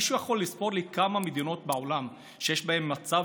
מישהו יכול לספור לי בכמה מדינות בעולם יש מצב